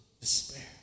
despair